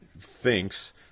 thinks